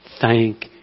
Thank